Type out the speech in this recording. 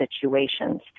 situations